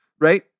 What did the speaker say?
right